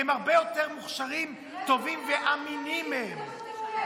את רוצה תשובות או רוצה סתם לצעוק?